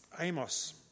Amos